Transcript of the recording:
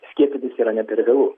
skiepytis yra ne per vėlu